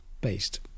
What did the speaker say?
based